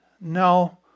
no